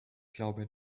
glaube